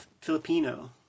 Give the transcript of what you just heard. filipino